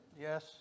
Yes